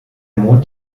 mond